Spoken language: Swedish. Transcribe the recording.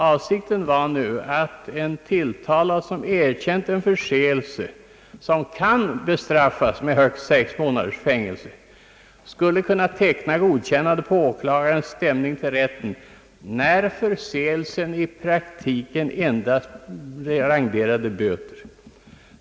Avsikten var nu, att en tilltalad, vilken erkänt en förseelse som kan straffas med högst sex månaders fängelse, skulle kunna teckna godkännande på åklagarens stämning till rätten, när förseelsen i praktiken endast renderade böter.